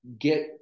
get